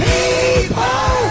People